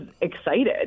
excited